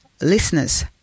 Listeners